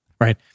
Right